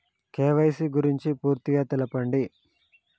KYC గురించి పూర్తిగా తెలపండి?